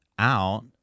out